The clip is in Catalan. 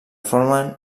formen